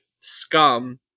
scum